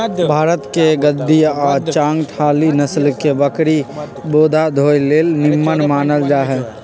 भारतके गद्दी आ चांगथागी नसल के बकरि बोझा ढोय लेल निम्मन मानल जाईछइ